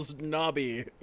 Knobby